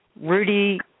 Rudy